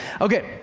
Okay